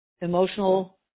emotional